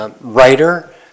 writer